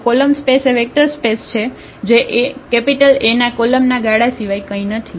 તો column space એ vector space છે જે A ના કોલમના ગાળા સિવાય કંઈ નથી